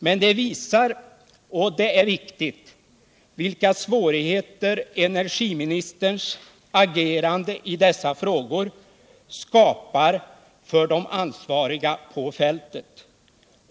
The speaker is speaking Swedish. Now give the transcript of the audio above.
Men det visar — och det är viktigt — vilka svårigheter energiministerns agerande i dessa frågor skapar för de ansvariga på fältet.